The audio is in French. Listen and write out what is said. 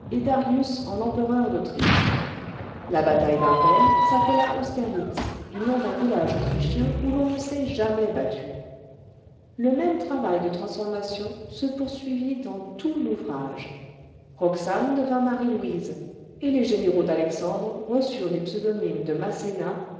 en empereur d'autriche la bataille d'arbelles s'appela austerlitz du nom d'un village autrichien où l'on ne s'est jamais battu le même travail de transformation se poursuivit dans tout l'ouvrage roxane devint marie-louise et les généraux d'alexandre reçurent les pseudonymes de masséna